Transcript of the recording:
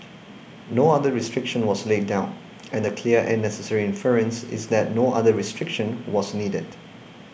no other restriction was laid down and the clear and necessary inference is that no other restriction was needed